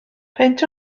peint